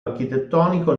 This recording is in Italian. architettonico